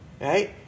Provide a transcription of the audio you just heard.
right